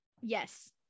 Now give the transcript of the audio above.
Yes